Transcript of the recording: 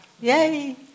Yay